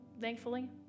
thankfully